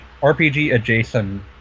RPG-adjacent